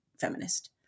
feminist